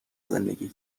زندگی